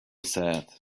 said